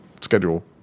schedule